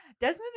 Desmond